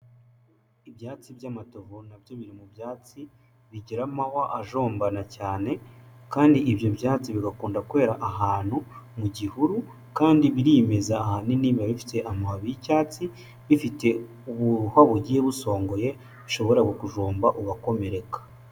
Ibyatsi by'amatovu na byo biri mu byatsi bigira amahwa ajombana cyane kandi ibyo byatsi bigakunda kwera ahantu mu gihuru kandi birimeza, ahanini biba bifite amababi y'icyatsi, bifite ubuhwa bugiye busongoye, bushobora kukujomba ugakomereka.